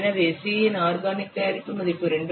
எனவே c இன் organic தயாரிப்பு மதிப்பு 2